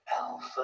alpha